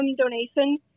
donation